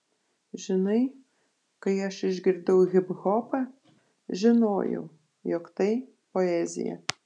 žinai kai aš išgirdau hiphopą žinojau jog tai poezija